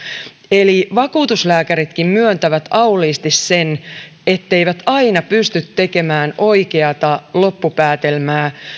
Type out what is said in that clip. eli vakuutuslääkäritkin myöntävät auliisti sen etteivät aina pysty tekemään oikeata loppupäätelmää